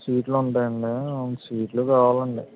స్వీట్లు ఉంటాయండి స్వీట్లు కావాలండి